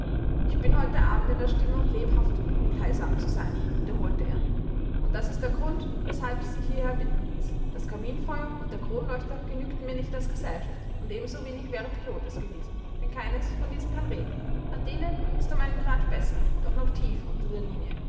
ich bin heute abend in der stimmung lebhaft und mitteilsam zu sein wiederholte er und das ist der grund weshalb ich sie hierher bitten ließ das kaminfeuer und der kronleuchter genügten mir nicht als gesellschaft und ebensowenig wäre pilot es gewesen denn keines von diesen kann reden adele ist um einen grad besser doch noch tief unter der linie